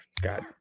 God